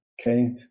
okay